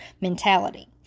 mentality